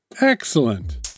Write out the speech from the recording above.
Excellent